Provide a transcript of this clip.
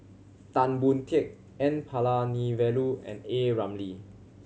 Tan Boon Teik N Palanivelu and A Ramli